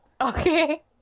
okay